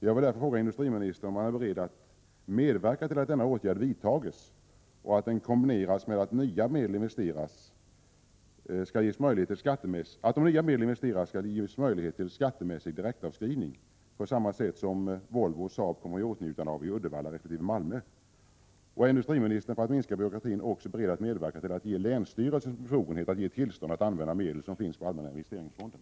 Jag vill därför fråga industriministern om han är beredd att medverka till att denna åtgärd vidtas och att den kombineras med att om nya medel investeras skall möjlighet ges till skattemässig direktavskrivning i likhet med vad Volvo och Saab kommer i åtnjutande av i Uddevalla resp. Malmö. Är industriministern, för att minska byråkratin, också beredd att medverka till att ge länsstyrelsen befogenhet att ge tillstånd att använda medel som finns i allmänna investeringsfonder?